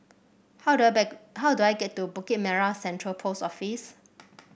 how do I bake how do I get to Bukit Merah Central Post Office